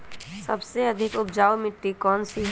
सबसे अधिक उपजाऊ मिट्टी कौन सी हैं?